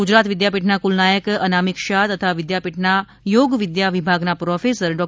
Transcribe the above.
ગૂજરાત વિદ્યાપીઠના કુલનાયક અનામિકભાઈ શાહ તથા વિદ્યાપીઠના યોગવિદ્યા વિભાગના પ્રોફેસર ડો